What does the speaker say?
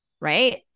right